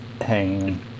hanging